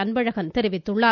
அன்பழகன் தெரிவித்துள்ளார்